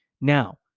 Now